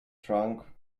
trunk